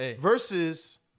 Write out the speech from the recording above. versus